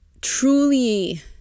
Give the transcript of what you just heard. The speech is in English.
truly